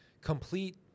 complete